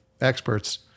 experts